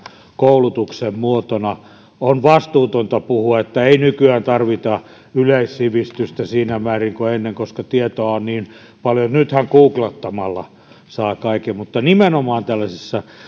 koulutuksen muotona on vastuutonta puhua että ei nykyään tarvita yleissivistystä siinä määrin kuin ennen koska tietoa on niin paljon ja nythän googlettamalla saa kaiken mutta nimenomaan tällaisessa